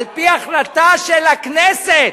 על-פי החלטה של הכנסת.